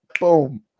boom